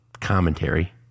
commentary